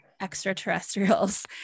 extraterrestrials